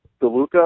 DeLuca